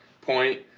point